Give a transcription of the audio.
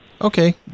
Okay